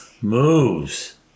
moves